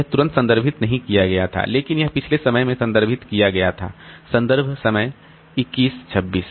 यह तुरंत संदर्भित नहीं किया गया था लेकिन यह पिछले समय में संदर्भित किया गया था संदर्भ समय 2116